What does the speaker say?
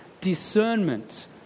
discernment